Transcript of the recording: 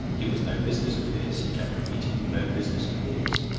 it was no business of his, he kept repeating no business of his.